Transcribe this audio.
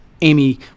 Amy